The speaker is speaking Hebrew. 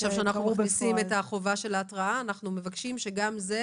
עכשיו שאנחנו מכניסים את החובה של ההתראה אנחנו מבקשים שגם זה